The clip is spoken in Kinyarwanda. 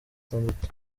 atandatu